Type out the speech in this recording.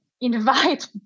invite